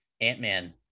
Ant-Man